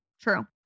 True